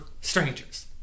strangers